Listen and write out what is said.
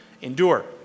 endure